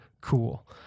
cool